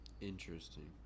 Interesting